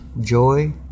joy